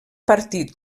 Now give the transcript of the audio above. partit